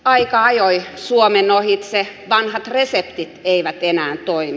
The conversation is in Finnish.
aika ajoi suomen ohitse vanhat reseptit eivät enää toimi